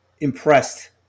impressed